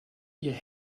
ihr